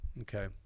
okay